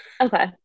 Okay